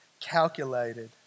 calculated